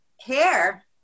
hair